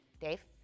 Dave